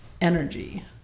energy